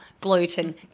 gluten